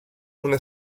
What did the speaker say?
una